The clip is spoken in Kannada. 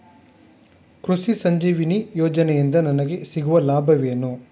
ಕೃಷಿ ಸಂಜೀವಿನಿ ಯೋಜನೆಯಿಂದ ನನಗೆ ಸಿಗುವ ಲಾಭವೇನು?